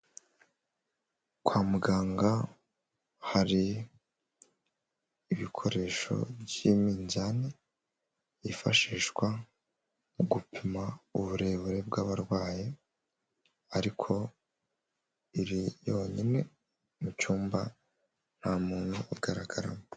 Kwa muganga hari ibikoresho by'iminzani, yifashishwa mu gupima uburebure bw'abarwayi, ariko iri yonyine mu cyumba nta muntu ugaragaramo.